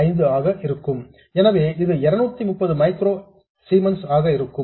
15 ஆக இருக்கும் எனவே இது 230 மைக்ரோ சீமன்ஸ் ஆக இருக்கும்